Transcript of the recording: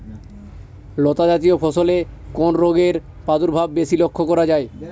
লতাজাতীয় ফসলে কোন রোগের প্রাদুর্ভাব বেশি লক্ষ্য করা যায়?